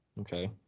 okay